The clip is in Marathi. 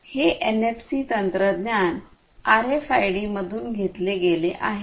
हे एनएफसी तंत्रज्ञान आरएफआयडीमधून घेतले गेले आहे